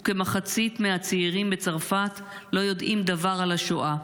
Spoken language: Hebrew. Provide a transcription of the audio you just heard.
וכמחצית הצעירים בצרפת לא יודעים דבר על השואה.